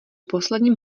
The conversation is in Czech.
posledním